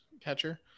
catcher